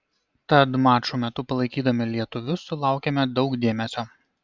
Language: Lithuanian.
tad mačų metu palaikydami lietuvius sulaukėme daug dėmesio